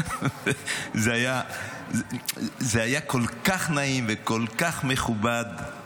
זה היה כל כך נעים וכל כך מכובד.